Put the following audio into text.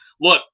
Look